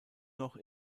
noch